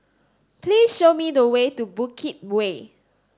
please show me the way to Bukit Way